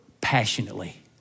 passionately